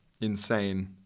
insane